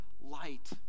light